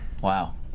Wow